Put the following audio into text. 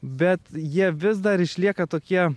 bet jie vis dar išlieka tokie